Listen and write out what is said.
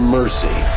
mercy